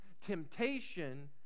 temptation